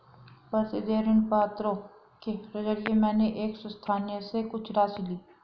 प्रतिदेय ऋणपत्रों के जरिये मैंने एक संस्था से कुछ राशि ली